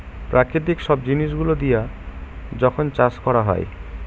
প্রাকৃতিক সব জিনিস গুলো দিয়া যখন চাষ করা হয়